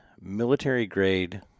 military-grade